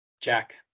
Jack